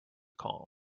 calm